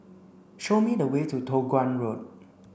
show me the way to Toh Guan Road